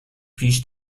پیش